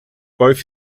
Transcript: both